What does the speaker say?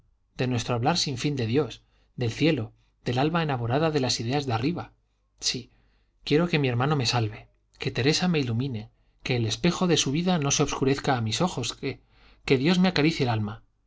a nuestro hablar sin fin de dios del cielo del alma enamorada de las ideas de arriba sí quiero que mi hermano me salve que teresa me ilumine que el espejo de su vida no se obscurezca a mis ojos que dios me acaricie el alma